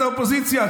את האופוזיציה,